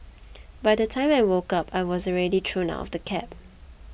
by the time I woke up I was already thrown out of the cab